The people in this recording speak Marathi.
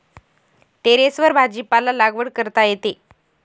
टेरेसवर भाजीपाला लागवड करता येते